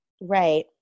Right